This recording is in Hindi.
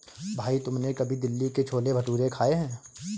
भाई तुमने कभी दिल्ली के छोले भटूरे खाए हैं?